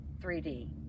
3D